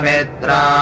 Mitra